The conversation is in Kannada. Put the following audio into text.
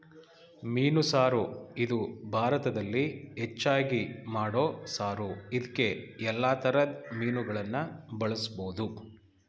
ಮೀನು ಸಾರು ಇದು ಭಾರತದಲ್ಲಿ ಹೆಚ್ಚಾಗಿ ಮಾಡೋ ಸಾರು ಇದ್ಕೇ ಯಲ್ಲಾ ತರದ್ ಮೀನುಗಳನ್ನ ಬಳುಸ್ಬೋದು